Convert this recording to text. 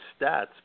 stats